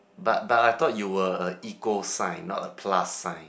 but but I thought you were a equal sign not a plus sign